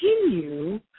continue